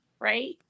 Right